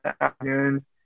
afternoon